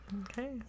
Okay